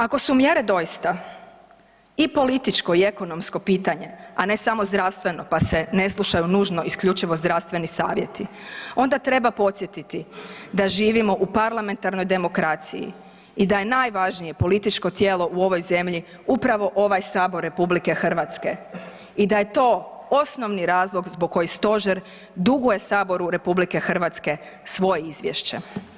Ako su mjere doista i političko i ekonomsko pitanje, a ne samo zdravstveno pa se ne slušaju nužno isključivo zdravstveni savjeti onda treba podsjetiti da živimo u parlamentarnoj demokraciji i da je najvažnije političko tijelo u ovoj zemlji upravo ovaj sabor RH i da je to osnovni razlog zbog kojeg stožer duguje saboru RH svoje izvješće.